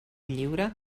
lliure